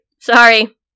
Sorry